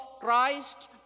Christ